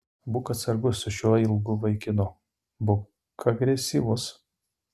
būk atsargus su šiuo ilgu vaikinu būk agresyvus